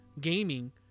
gaming